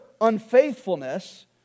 unfaithfulness